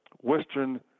Western